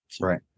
Right